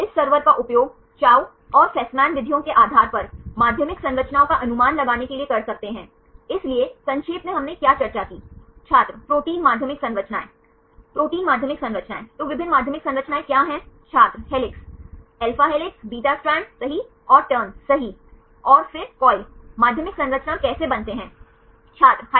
इसी तरह से आप BC और D गणना कर सकते हैं सही क्योंकि x y x y z सभी ज्ञात हैं सही क्योंकि सभी संख्याएँ मालूम निर्देशांक के साथ जानी जाती हैं सही